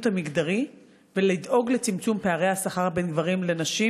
המגדרי ולצמצום פערי השכר בין גברים לנשים?